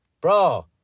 Bro